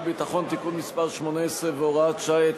ביטחון (תיקון מס' 18 והוראת שעה),